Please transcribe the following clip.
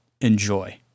enjoy